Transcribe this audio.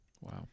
Wow